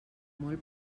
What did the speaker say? molt